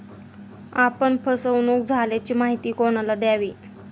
आपण फसवणुक झाल्याची माहिती कोणाला द्यावी?